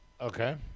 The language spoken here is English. Okay